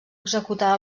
executar